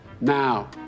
now